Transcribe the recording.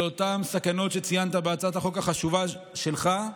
אותן סכנות שציינת בהצעת החוק החשובה שלך.